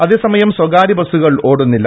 അതേ സമയം സ്ഥകാര്യ ബസുകള് ഓടുന്നില്ല